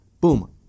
boom